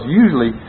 usually